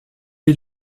est